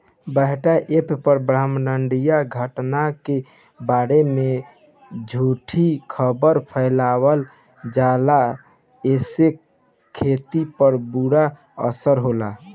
WhatsApp पर ब्रह्माण्डीय घटना के बारे में झूठी खबर फैलावल जाता जेसे खेती पर बुरा असर होता